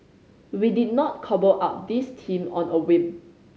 we did not cobble up this team on a whim